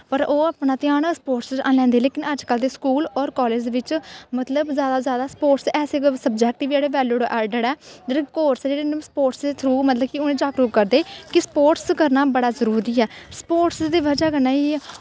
पर ओह् अपना ध्यान स्पोटस च ऐनी लैंदे लेकिन अज कल दे स्कूल और कालेज़ च मतलव जादा जादा स्पोटस ऐसे कोई स्वजैक्ट बी ऐ जेह्ड़े बैल्यू ऐडड ऐ जोेह्ड़े को्रस न स्पोटस दे थ्रू मतलव उनेंगी जागरुक करदे क् स्पोटस करना बड़ा जरुरी ऐ स्पोटस दी बज़ा कन्नै ई